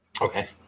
Okay